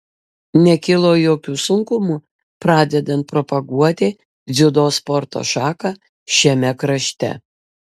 nekilo jokių sunkumų pradedant propaguoti dziudo sporto šaką šiame krašte